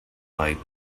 light